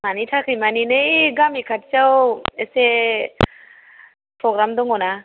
मानि थाखाय माने नै गामि खाथियाव एसे प्रग्राम दङ ना